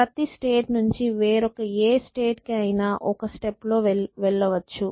ప్రతి స్టేట్ నుంచి వేరొక ఏ స్టేట్ కి అయినా ఒక స్టెప్ లో వెళ్ళవచ్చు